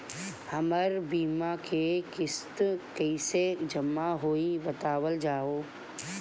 हमर बीमा के किस्त कइसे जमा होई बतावल जाओ?